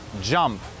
jump